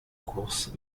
course